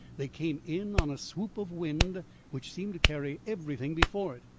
they came in on a swoop of wind which seemed to carry everything before it.